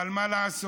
אבל מה לעשות?